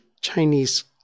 Chinese